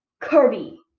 Kirby